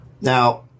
Now